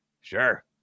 sure